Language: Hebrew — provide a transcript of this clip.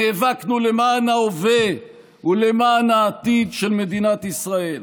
נאבקנו למען ההווה ולמען העתיד של מדינת ישראל.